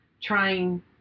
trying